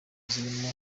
zirimo